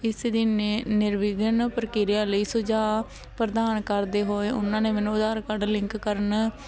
ਇਸ ਦੀ ਨਿ ਨਿਰਵਿਘਨ ਪ੍ਰਕਿਰਿਆ ਲਈ ਸੁਝਾਅ ਪ੍ਰਦਾਨ ਕਰਦੇ ਹੋਏ ਉਹਨਾਂ ਨੇ ਮੈਨੂੰ ਆਧਾਰ ਕਾਰਡ ਲਿੰਕ ਕਰਨ